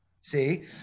see